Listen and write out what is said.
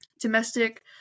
domestic